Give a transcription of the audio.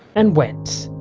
and went.